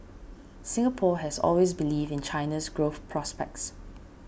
Singapore has always believed in China's growth prospects